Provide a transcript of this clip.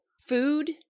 food